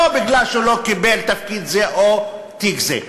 לא בגלל שהוא לא קיבל תפקיד זה או תיק זה,